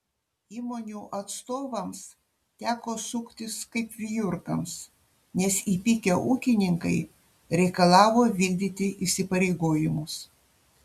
įmonių atstovams teko suktis kaip vijurkams nes įpykę ūkininkai reikalavo vykdyti įsipareigojimus